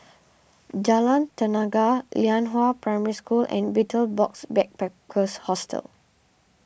Jalan Tenaga Lianhua Primary School and Betel Box Backpackers Hostel